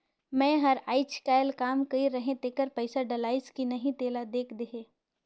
मै हर अईचकायल काम कइर रहें तेकर पइसा डलाईस कि नहीं तेला देख देहे?